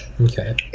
okay